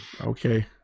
Okay